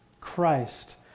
Christ